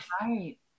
Right